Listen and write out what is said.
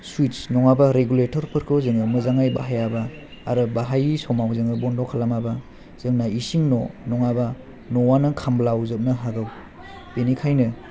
सुटस नङाबा रेगुलेटरखौ जोङो मोजाङै बाहायाबा आरो बाहायै समाव जोङो बन्द खालामाबा जोंन इसिं न' नङाबा न'यानो खामब्लाव जोबनो हागौ बेनिखायनो